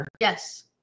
Yes